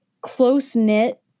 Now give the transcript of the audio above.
close-knit